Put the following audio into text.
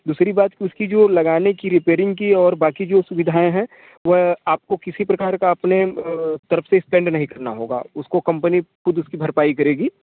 दूसरी बात उसकी जो लगाने की रिपेयरिंग की और बाक़ी जो सुविधाएँ हैं वह आपको किसी प्रकार का अपने तरफ़ से स्पेंड नहीं करना होगा उसको कंपनी ख़ुद उसकी भरपाई करेगी